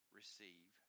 receive